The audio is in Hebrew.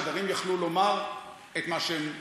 שדרים יכלו לומר את מה שהם חושבים,